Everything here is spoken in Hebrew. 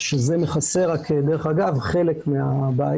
שזה מכסה דרך אגב רק חלק מהבעיה,